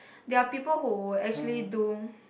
there are people who actually do